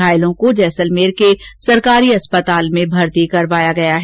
घायलों को जैसलमेर के सरकारी अस्पताल में भर्ती कराया गया है